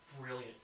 brilliant